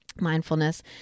mindfulness